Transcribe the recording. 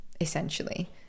essentially